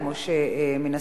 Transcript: כמו שמן הסתם,